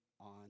on